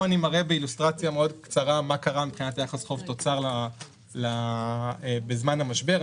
פה אני מראה באילוסטרציה קצרה מה קרה ביחס חוב-תוצר בזמן המשבר.